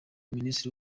minisitiri